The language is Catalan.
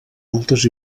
moltes